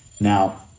now